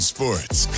Sports